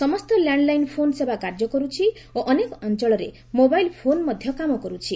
ସମସ୍ତ landline phone ସେବା କାର୍ଯ୍ୟ କରୁଛି ଓ ଅନେକ ଅଞ୍ଚଳରେ ମୋବାଇଲ୍ ଫୋନ୍ ମଧ୍ୟ କାମ କରୁଛି